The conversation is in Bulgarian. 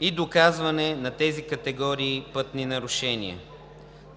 и доказване на тези категории пътни нарушения.